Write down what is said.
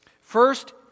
First